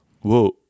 whoa